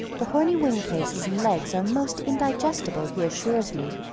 the horny wing-cases and legs are most indigestible, he assures me.